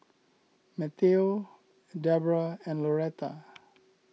Mateo Deborah and Loretta